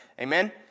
Amen